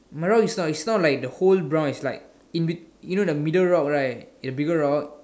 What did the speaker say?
my rock is not is not like the whole brown is like inbetween you know the bigger rock right the bigger rock